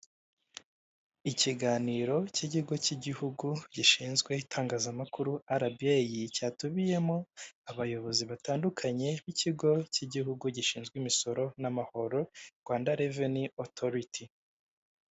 Ikiganiro cy'ikigo cy'igihugu gishinzwe itangazamakuru arabiyeyi, cyatumiyemo abayobozi batandukanye b'ikigo cy'igihugu gishinzwe imisoro n'amahoro Rwanda reveni otoriti.